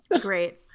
Great